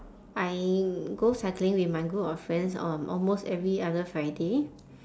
I go cycling with my group of friends on almost every other friday